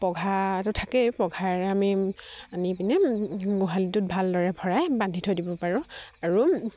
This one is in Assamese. পঘাটো থাকেই পঘাৰে আমি আনি পিনে গোহালিটোত ভালদৰে ভৰাই বান্ধি থৈ দিব পাৰোঁ আৰু